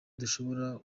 dushobora